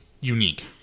unique